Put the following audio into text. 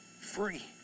free